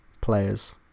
players